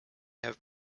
have